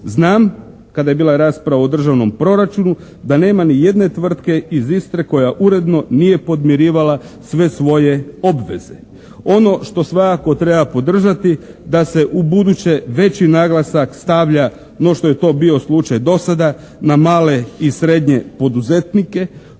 Znam kada je bila rasprava o državnom proračunu da nema ni jedne tvrtke iz Istre koja uredno nije podmirivala sve svoje obveze. Ono što svakako treba podržati da se ubuduće veći naglasak stavlja no što je to bio slučaj do sada na male i srednje poduzetnike.